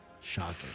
shocking